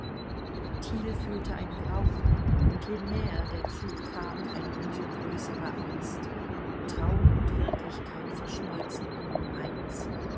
fühlte ein grauen und je näher der zug kam eine um so größere angst traum und wirklichkeit verschmolzen ihm in eins